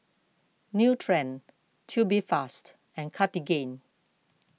Nutren Tubifast and Cartigain